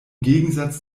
gegensatz